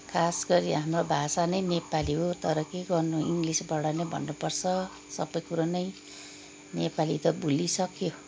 खासगरी हाम्रो भाषा नै नेपाली हो तर के गर्नु इङ्ग्लिसबाट नै भन्नुपर्छ सबै कुरो नै नेपाली त भुलिसक्यो